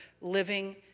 living